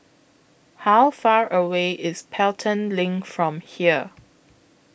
How Far away IS Pelton LINK from here